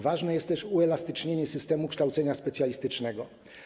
Ważne jest też uelastycznienie systemu kształcenia specjalistycznego.